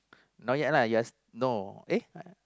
not yet lah just no eh